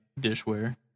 dishware